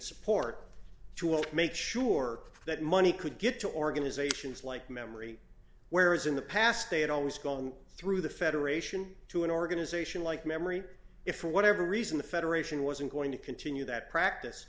support to make sure that money could get to organizations like memory whereas in the past they had always gone through the federation to an organization like memory if for whatever reason the federation wasn't going to continue that practice